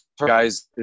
guys